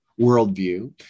worldview